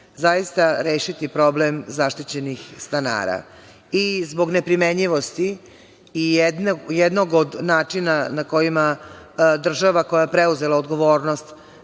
zaista rešiti problem zaštićenih stanara. Zbog neprimenjivosti i jednog od načina na kojima država koja je preuzela odgovornost